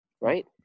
Right